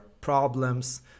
problems